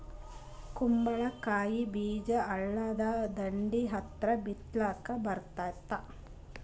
ಕುಂಬಳಕಾಯಿ ಬೀಜ ಹಳ್ಳದ ದಂಡಿ ಹತ್ರಾ ಬಿತ್ಲಿಕ ಬರತಾದ?